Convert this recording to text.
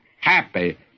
happy